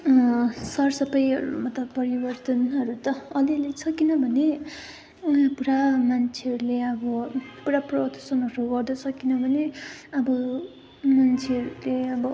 सरसफाइहरूमा त परिवर्तनहरू त अलिअलि छ किनभने यहाँ पुरा मान्छेहरूले अब पुरा प्रदूषणहरू गर्दैछ किनभने अब मन्छेहरूले अब